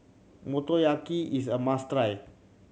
motoyaki is a must try